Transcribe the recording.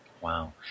Wow